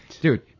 Dude